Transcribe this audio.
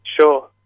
Sure